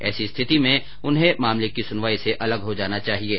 ऐसी स्थिति में उन्हें मामले की सुनवाई से अलग हो जाना चाहिये